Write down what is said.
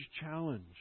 challenge